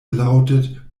lautet